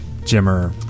Jimmer